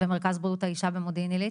במרכז בריאות האישה במודיעין עילית?